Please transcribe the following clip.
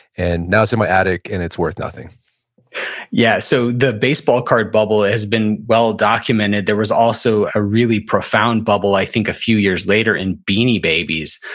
and now, it's in my attic and it's worth nothing yeah. so the baseball card bubble has been well-documented. there was also a really profound bubble, i think, a few years later in beanie babies.